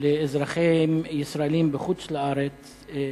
לאזרחים ישראלים בחוץ-לארץ להצביע.